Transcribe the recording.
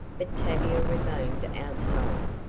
but tavia remained outside,